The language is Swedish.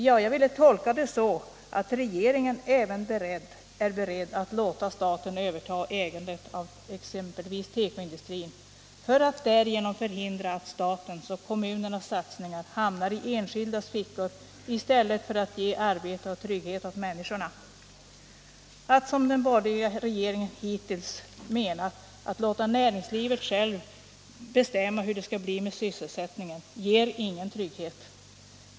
Jag vill tolka det så att regeringen även är beredd att låta staten överta ägandet av exempelvis tekoindustrin för att därigenom förhindra att statens och kommunernas satsningar hamnar i de enskildas fickor i stället för att ge arbete och trygghet åt människorna. Att — som den borgerliga regeringen hittills menat att man skall göra — låta näringslivet självt bestämma hur det skall bli med sysselsättningen ger ingen trygghet.